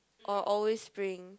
or always spring